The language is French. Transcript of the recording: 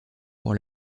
pour